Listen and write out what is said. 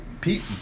Pete